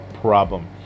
problem